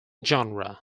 genre